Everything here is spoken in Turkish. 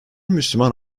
müslüman